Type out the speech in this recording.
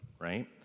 Right